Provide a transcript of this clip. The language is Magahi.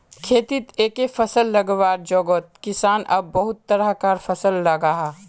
खेतित एके फसल लगवार जोगोत किसान अब बहुत तरह कार फसल लगाहा